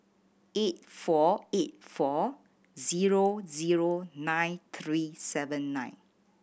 eight four eight four zero zero nine three seven nine